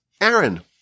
Aaron